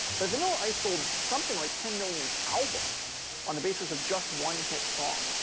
but vanilla ice sold something like ten million albums on the basis of just one hit song.